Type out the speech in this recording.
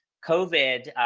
covid,